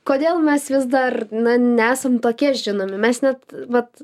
kodėl mes vis dar na nesam tokie žinomi mes net vat